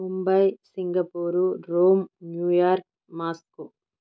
Mumbai Singapore Rome New York Moscow